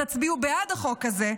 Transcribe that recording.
תצביעו בעד החוק הזה,